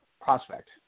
prospect